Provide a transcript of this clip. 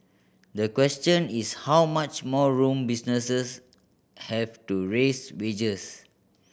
the question is how much more room businesses have to raise wages